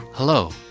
Hello